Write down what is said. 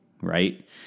right